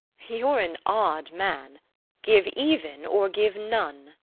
you are an odd man give even or give none.